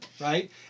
right